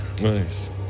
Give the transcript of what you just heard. Nice